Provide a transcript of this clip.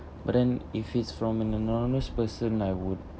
but then if it's from an anonymous person I would